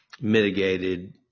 Mitigated